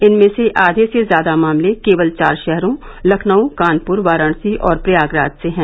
इनमें से आधे से ज्यादा मामले केवल चार शहरों लखनऊ कानपुर वाराणसी और प्रयागराज से हैं